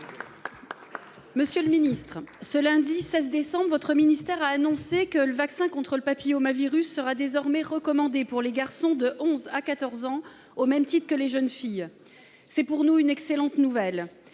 Monsieur le secrétaire d'État, ce lundi 16 décembre, votre ministère a annoncé que le vaccin contre le papillomavirus (HPV) sera désormais recommandé pour les garçons de 11 ans à 14 ans, au même titre que pour les jeunes filles. C'est pour nous une excellente nouvelle.